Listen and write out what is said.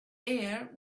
air